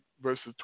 verses